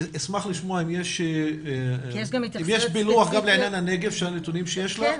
אני אשמח לשמוע אם יש פילוח גם לעניין הנגב בנתונים שיש לך -- כן.